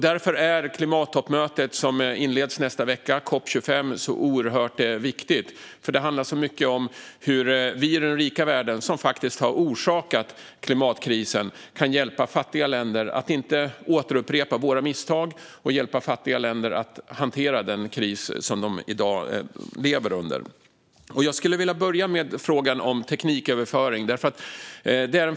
Därför är klimattoppmötet som inleds nästa vecka, COP 25, så oerhört viktigt. Det handlar om hur vi i den rika världen, som faktiskt har orsakat klimatkrisen, kan hjälpa fattiga länder att inte upprepa våra misstag och hantera den kris som de i dag lever under. Jag skulle vilja börja med frågan om tekniköverföring.